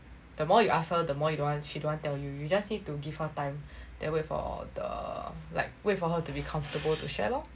the more you ask her the more you don't want she don't want tell you you just need to give her time then wait for the like wait for her to be comfortable to share lor